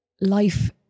life